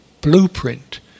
blueprint